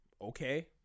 okay